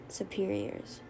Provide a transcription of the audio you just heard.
superiors